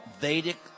Vedic